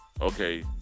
okay